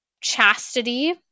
chastity